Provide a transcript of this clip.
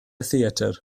theatr